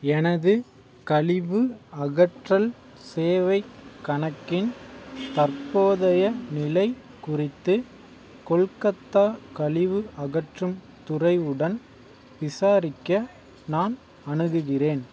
எனது கழிவு அகற்றல் சேவைக் கணக்கின் தற்போதைய நிலை குறித்து கொல்கத்தா கழிவு அகற்றும் துறை உடன் விசாரிக்க நான் அணுகுகிறேன்